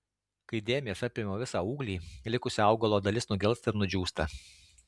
kai dėmės apima visą ūglį likusi augalo dalis nugelsta ir nudžiūsta